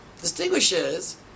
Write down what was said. distinguishes